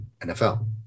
nfl